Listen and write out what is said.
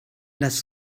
das